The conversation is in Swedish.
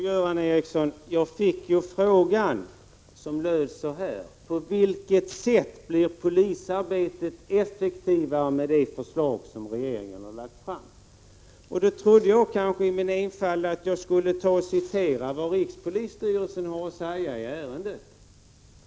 Herr talman! Jag fick ju en fråga, Göran Ericsson, som löd så här: På vilket sätt blir polisarbetet effektivare med det förslag som regeringen har lagt fram? Då trodde jag i min enfald att jag kunde citera vad rikspolisstyrelsen har att säga i ärendet.